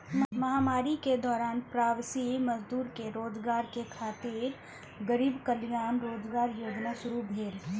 महामारी के दौरान प्रवासी मजदूर कें रोजगार दै खातिर गरीब कल्याण रोजगार योजना शुरू भेलै